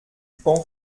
pan